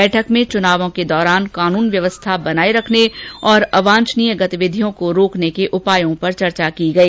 बैठक में चुनावों के दौरान क्षेत्र में कानून व्यवस्था बनाए रखने और अवांछनीय गतिविधियों को रोकने के उपायों पर चर्चा की गई